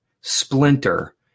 splinter